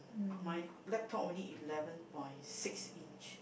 my laptop only eleven point six inch